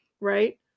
right